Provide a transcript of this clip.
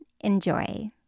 Enjoy